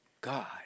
God